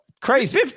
crazy